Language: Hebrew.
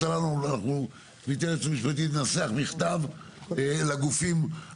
אנחנו רוצים לבקש שיהיו מנגנוני הידברות שקופים,